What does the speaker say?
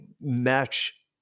match